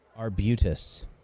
Arbutus